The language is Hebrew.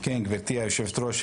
גברתי היושבת-ראש,